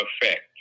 effect